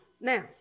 Now